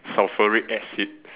sulfuric acid